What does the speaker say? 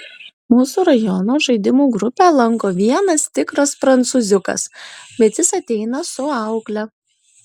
mūsų rajono žaidimų grupę lanko vienas tikras prancūziukas bet jis ateina su aukle